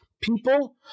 people